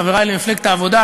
חברי מפלגת העבודה,